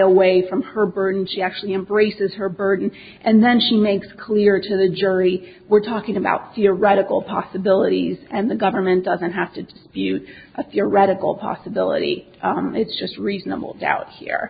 away from her burden she actually embraces her burden and then she makes clear to the jury we're talking about theoretical possibilities and the government doesn't have to view a theoretical possibility it's just reasonable doubt here